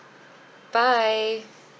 bye